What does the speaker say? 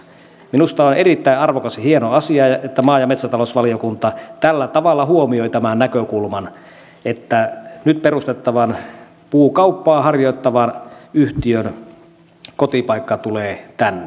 minusta on erittäin arvokas ja hieno asia että maa ja metsätalousvaliokunta tällä tavalla huomioi tämän näkökulman että nyt perustettavan puukauppaa harjoittavan yhtiön kotipaikka tulee tänne